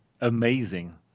amazing